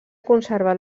conservat